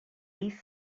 east